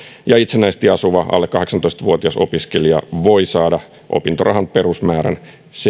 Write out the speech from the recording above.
ja itsenäisesti asuva alle kahdeksantoista vuotias opiskelija voi saada opintorahan perusmäärän